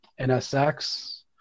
NSX